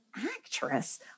actress